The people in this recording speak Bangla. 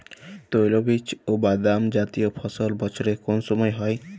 তৈলবীজ ও বাদামজাতীয় ফসল বছরের কোন সময় হয়?